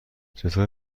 چطور